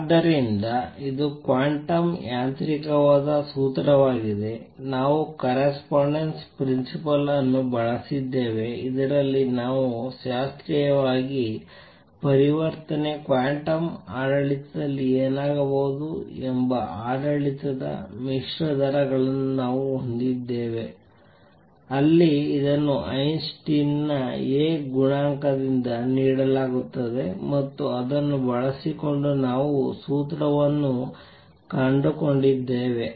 ಆದ್ದರಿಂದ ಇದು ಕ್ವಾಂಟಮ್ ಯಾಂತ್ರಿಕವಾದ ಸೂತ್ರವಾಗಿದೆ ನಾವು ಕರೆಸ್ಪಾಂಡೆನ್ಸ್ ಪ್ರಿನ್ಸಿಪಲ್ ಅನ್ನು ಬಳಸಿದ್ದೇವೆ ಇದರಲ್ಲಿ ನಾವು ಶಾಸ್ತ್ರೀಯದಲ್ಲಿ ಪರಿವರ್ತನೆ ಕ್ವಾಂಟಮ್ ಆಡಳಿತದಲ್ಲಿ ಏನಾಗಬಹುದು ಎಂಬ ಆಡಳಿತದ ಮಿಶ್ರ ದರಗಳನ್ನು ನಾವು ಹೊಂದಿದ್ದೇವೆ ಅಲ್ಲಿ ಇದನ್ನು ಐನ್ಸ್ಟೈನ್ ನ A ಗುಣಾಂಕದಿಂದ ನೀಡಲಾಗುತ್ತದೆ ಮತ್ತು ಅದನ್ನು ಬಳಸಿಕೊಂಡು ನಾವು ಸೂತ್ರವನ್ನು ಕಂಡುಕೊಂಡಿದ್ದೇವೆ